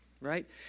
right